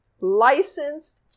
licensed